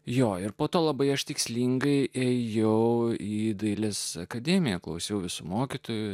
jo ir po to labai tikslingai ėjau į dailės akademiją klausiau visų mokytojų